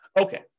Okay